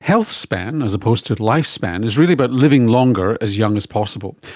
health span as opposed to life span is really about living longer as young as possible.